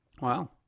Wow